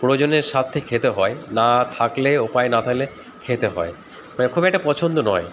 প্রয়োজনের স্বার্থে খেতে হয় না থাকলে উপায় না থাকলে খেতে হয় মানে খুব একটা পছন্দ নয়